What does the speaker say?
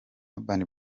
urban